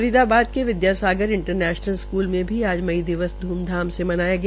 फरीदाबाद के Vidyasagar international school में भी मई दिवस ध्मधाम से मनाया गया